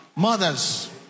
mothers